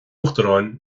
uachtaráin